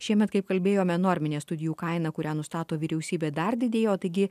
šiemet kaip kalbėjome norminė studijų kaina kurią nustato vyriausybė dar didėjo taigi